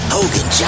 Hogan